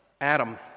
Adam